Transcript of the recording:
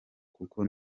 kuko